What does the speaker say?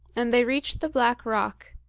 and they reached the black rock,